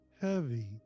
heavy